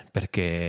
Perché